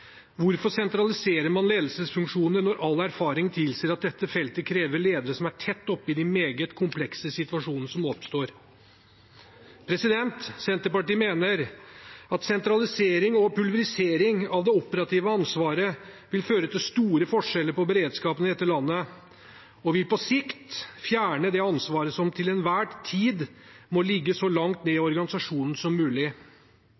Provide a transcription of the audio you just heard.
Hvorfor sentraliserer man ledelsesfunksjoner når all erfaring tilsier at dette feltet krever ledere som er tett oppi de meget komplekse situasjonene som oppstår? Senterpartiet mener at sentralisering og pulverisering av det operative ansvaret vil føre til store forskjeller i beredskapen i dette landet og på sikt fjerne det ansvaret som til enhver tid må ligge så langt